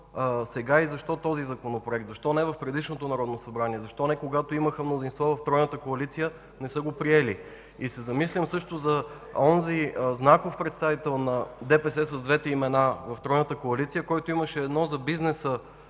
сега този Законопроект, защо не в предишното Народно събрание? Защо, когато имаха мнозинство в тройната коалиция, не са го приели?! Замислям се за онзи знаков представител на ДПС с двете имена в тройната коалиция, който имаше едно за бизнеса